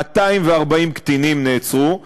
240 קטינים נעצרו,